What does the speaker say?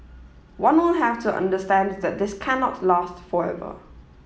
one will have to understand that this cannot last forever